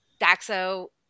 Daxo